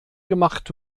gemacht